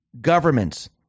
governments